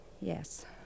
Yes